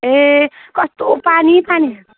ए कस्तो पानी पानी